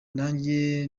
nanjye